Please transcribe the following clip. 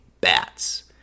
bats